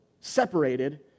separated